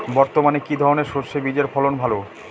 বর্তমানে কি ধরনের সরষে বীজের ফলন ভালো?